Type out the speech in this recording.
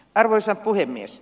arvoisa puhemies